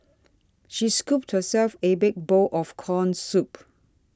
she scooped herself a big bowl of Corn Soup